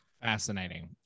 fascinating